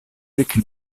ricche